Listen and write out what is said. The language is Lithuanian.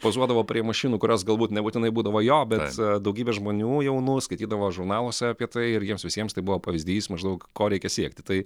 pozuodavo prie mašinų kurios galbūt nebūtinai būdavo jo bet daugybė žmonių jaunų skaitydavo žurnaluose apie tai ir jiems visiems tai buvo pavyzdys maždaug ko reikia siekti tai